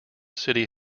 city